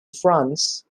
france